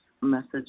message